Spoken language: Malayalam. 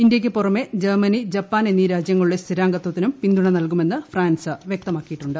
ഇന്ത്യയ്ക്ക് പുറമെ ജർമ്മനി ജപ്പാൻ എന്നീ രാജ്യങ്ങളുടെ സ്ഥിരാംഗത്വത്തിനും പിന്തുണ നൽകുമെന്ന് ഫ്രാൻസ് വ്യക്തമാക്കിയിട്ടുണ്ട്